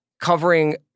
covering